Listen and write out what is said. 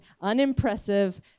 unimpressive